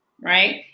right